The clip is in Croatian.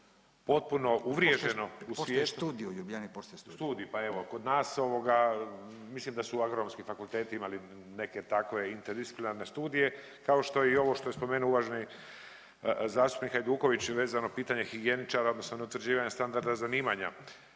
…/Upadica Radin: Postoji, postoji studij u Ljubljani, postoji studij/… …studij, pa evo kod nas ovoga mislim da su Agronomski fakulteti imali neke takve interdisciplinarne studije, kao što je i ovo što je spomenuo uvaženi zastupnik Hajduković vezano pitanje higijeničara odnosno na utvrđivanje standarda zanimanja.